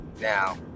Now